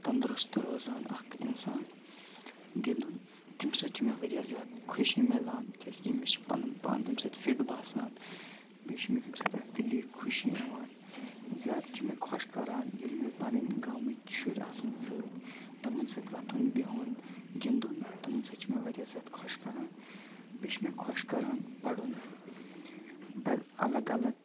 تَنٛدرُست روزان اکھ اِنسان گِنٛدُن تَمہِ سۭتۍ چھُ مےٚ واریاہ زیادٕ خُشی میلان کیٛازکہِ مےٚ چھُ پَنُن پان امہِ سۭتۍ فِٹ باسان بیٚیہِ چھِ مےٚ امہِ سۭتۍ اکھ دِلی خُشی یِوان زیاد چھ مےٚ خۄش کَران ییٚلہِ مےٚ پَننہِ گامٕکۍ شُرۍ آسَن سۭتۍ تِمَن سۭتۍ وۅتھُن بِہُن گِنٛدُن تِمَن سۭتۍ چھ مےٚ واریاہ زیادٕ خۄش کَران بیٚیہِ چھُ مےٚ خۄش کَران پَرُن بے اَلَگ اَلَگ